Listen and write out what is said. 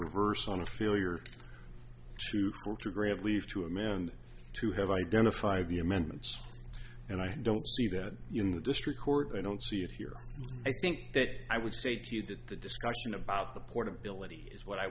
reverse on a failure to court to grant leave to amend to have identify the amendments and i don't see that in the district court i don't see it here i think that i would say to you that the discussion about the portability is what i